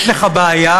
יש לך בעיה,